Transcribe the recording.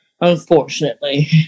unfortunately